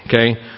okay